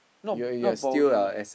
not not balding right